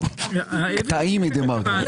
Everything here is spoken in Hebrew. קטעים מדה-מרקר.